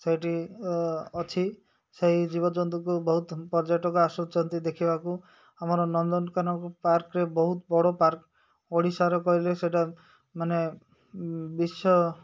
ସେଇଠି ଅଛି ସେଇ ଜୀବଜନ୍ତୁକୁ ବହୁତ ପର୍ଯ୍ୟଟକ ଆସୁଛନ୍ତି ଦେଖିବାକୁ ଆମର ନନ୍ଦନକାନନ ପାର୍କରେ ବହୁତ ବଡ଼ ପାର୍କ ଓଡ଼ିଶାର କହିଲେ ସେଇଟା ମାନେ ବିଶ୍ୱ